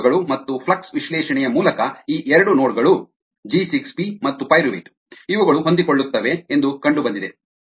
ಪ್ರಯೋಗಗಳು ಮತ್ತು ಫ್ಲಕ್ಸ್ ವಿಶ್ಲೇಷಣೆಯ ಮೂಲಕ ಈ ಎರಡು ನೋಡ್ಗಳು ಜಿ 6 ಪಿ ಮತ್ತು ಪೈರುವೇಟ್ ಇವುಗಳು ಹೊಂದಿಕೊಳ್ಳುತ್ತವೆ ಎಂದು ಕಂಡುಬಂದಿದೆ